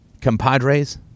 compadres